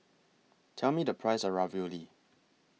Tell Me The Price of Ravioli